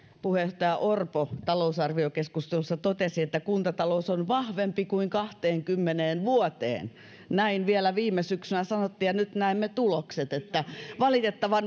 puheenjohtaja orpo talousarviokeskustelussa totesi että kuntatalous on vahvempi kuin kahteenkymmeneen vuoteen näin vielä viime syksynä sanottiin ja nyt näemme tulokset eli valitettavasti